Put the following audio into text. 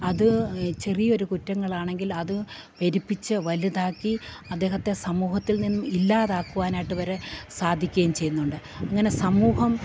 അത് ചെറിയൊരു കുറ്റങ്ങളാണെങ്കിൽ അത് പെരിപ്പിച്ച് വലുതാക്കി അദ്ദേഹത്തെ സമൂഹത്തിൽ നിന്നും ഇല്ലാതാക്കുവാനായിട്ട് വരെ സാധിക്കുകയും ചെയ്യുന്നുണ്ട് അങ്ങനെ സമൂഹം